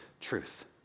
truth